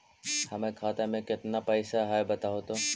हमर खाता में केतना पैसा है बतहू तो?